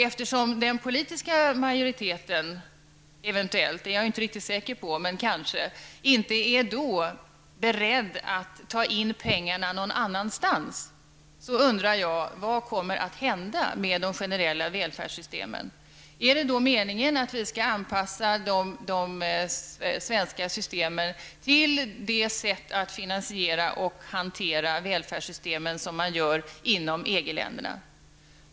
Eftersom den politiska majoriteten eventuellt -- det är jag inte riktigt säker på -- inte är beredd att ta in pengarna någon annanstans undrar jag: Vad kommer att hända med de generella välfärdssystemen? Är det meningen att vi skall anpassa de svenska systemen till det sätt att finansiera och hantera välfärdssystemen som man har inom EG-länderna?